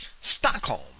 Stockholm